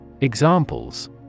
Examples